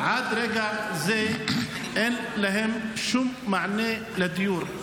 עד לרגע זה אין להם שום מענה בדיור.